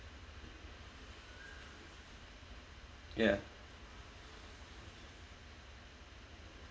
ya